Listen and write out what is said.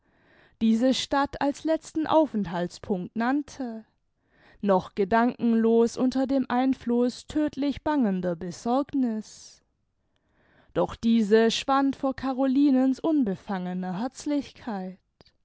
diese stadt als letzten aufenthaltspunct nannte noch gedankenlos unter dem einfluß tödtlich bangender besorgniß doch diese schwand vor carolinens unbefangener herzlichkeit